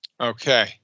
Okay